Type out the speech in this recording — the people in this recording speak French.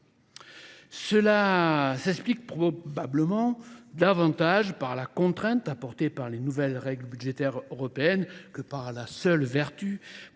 Cela s'explique probablement davantage par la contrainte apportée par les nouvelles règles budgétaires européennes que par la seule vertu